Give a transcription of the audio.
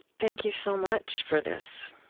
thank you so much for this.